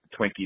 Twinkies